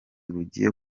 bugiye